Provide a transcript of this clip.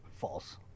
False